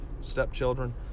stepchildren